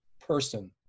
person